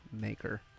maker